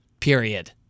Period